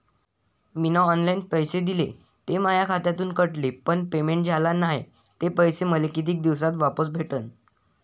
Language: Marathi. मीन ऑनलाईन पैसे दिले, ते माया खात्यातून कटले, पण पेमेंट झाल नायं, ते पैसे मले कितीक दिवसात वापस भेटन?